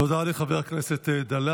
תודה רבה לחבר הכנסת דלל.